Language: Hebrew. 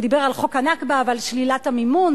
ודיבר על חוק הנכבה ועל שלילת המימון,